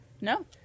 No